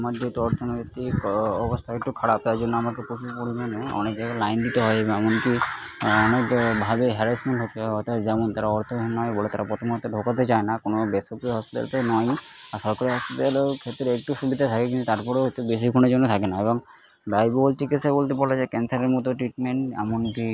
আমার যেহেতু অর্থনৈতিক অবস্থা একটু খারাপ তাই জন্য আমাকে প্রচুর পরিমাণে অনেক জায়গায় লাইন দিতে হয় এমন কি আমাকে ভাবে হ্যারাসমেন্ট হতে হয় অর্থাৎ যেমন তারা অর্থ নয় বলে তারা প্রথমে তো ঢোকাতে চায় না কোনো বেসরকারি হসপিটালে তো নয়ই আর সরকারি হসপিটালের ক্ষেত্রে একটু সুবিধা থাকে কিন্তু তারপরেও তো বেশিক্ষণের জন্য থাকে না এবং ব্যয়বহুল চিকিৎসা বলতে বলা যায় ক্যান্সারের মতো ট্রিটমেন্ট এমন কি